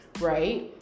right